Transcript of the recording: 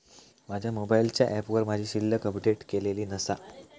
माझ्या मोबाईलच्या ऍपवर माझी शिल्लक अपडेट केलेली नसा